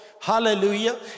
Hallelujah